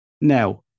Now